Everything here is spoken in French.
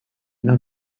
mère